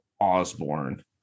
Osborne